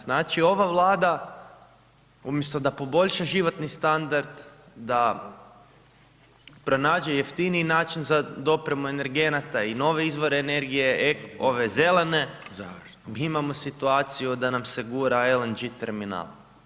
Znači ova Vlada umjesto da poboljša životni standard da pronađe jeftiniji način za dopremu energenata i nove izvore energije, zelene, mi imamo situaciju da nam se gura LNG terminal.